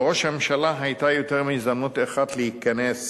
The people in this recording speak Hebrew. לראש הממשלה היתה יותר מהזדמנות אחת להיכנס